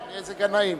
גנאים.